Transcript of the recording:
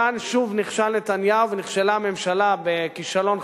כאן שוב נכשל נתניהו ונכשלה הממשלה כישלון חרוץ,